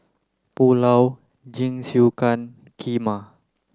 Pulao Jingisukan Kheema